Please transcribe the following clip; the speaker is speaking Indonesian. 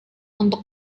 untuk